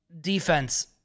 defense